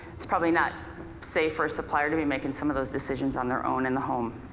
it's probably not safe for a supplier to be making some of those decisions on their own in the home.